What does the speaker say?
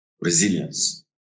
resilience